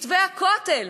מתווה הכותל.